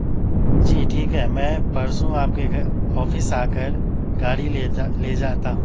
جی ٹھیک ہے میں پرسوں آپ کے گھر آفس آ کر گاڑی لے جا لے جاتا ہوں